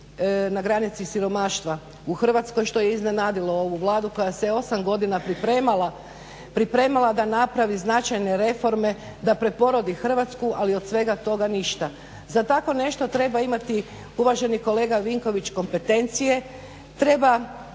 na granici siromaštva u Hrvatskoj što je iznenadilo ovu Vladu koja se osam godina pripremala da napravi značajne reforme, da preporodi Hrvatsku ali od svega toga ništa. Za tako nešto treba imati uvaženi kolega Vinković kompetencije, treba